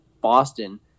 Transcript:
Boston –